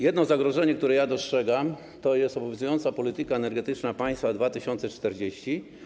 Jedno zagrożenie, które dostrzegam, to jest obowiązująca polityka energetyczna państwa 2040.